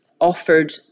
offered